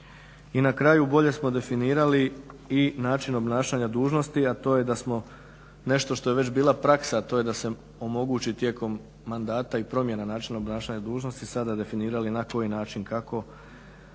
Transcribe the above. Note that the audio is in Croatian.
I na kraju bolje smo definirali i način obnašanja dužnosti, a to je da smo nešto što je već bila praksa, a to je da se omogući tijekom mandata i promjena načina obnašanja dužnosti sada definirali na koji način, kako